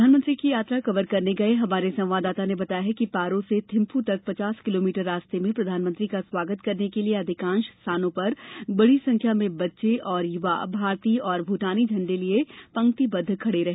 प्रधानमंत्री की यात्रा कवर करने गए हमारे संवाददाता ने बताया है कि पारो से थिम्फू तक पचास किलोमीटर रास्ते में प्रधानमंत्री का स्वागत करने के लिए अधिकांश स्थानों पर बड़ी संख्या में बच्चे और युवा भारतीय और भूटानी झंडे लिए पंक्तिबद्ध खड़े रहे